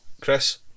Chris